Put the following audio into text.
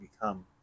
become